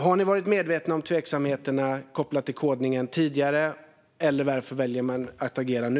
Har ni varit medvetna om tveksamheterna kopplade till kodningen tidigare? Varför väljer ni annars att agera nu?